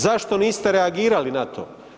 Zašto niste reagirali na to?